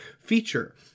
feature